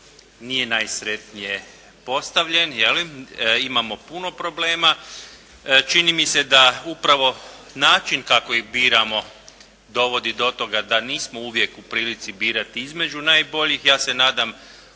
nije najsretnije postavljen, je li. Imamo puno problema. Čini mi se da upravo način kako ih biramo dovodi do toga da nismo uvijek u prilici birati između najboljih.